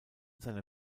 seiner